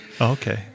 Okay